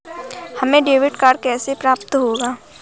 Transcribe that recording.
हमें debit card कैसे प्राप्त होगा?